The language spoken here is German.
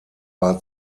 war